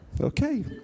Okay